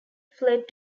fled